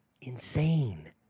insane